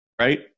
right